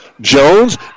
Jones